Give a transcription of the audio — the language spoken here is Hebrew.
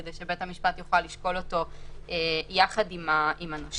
כדי שבית המשפט יוכל לשקול אותו ביחד עם הנושים.